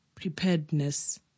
preparedness